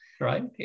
Right